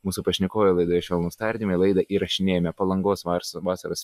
mūsų pašnekovė laidoje švelnūs tardymai laidą įrašinėjome palangos vars vasaros